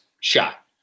shot